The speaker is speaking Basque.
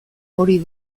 hori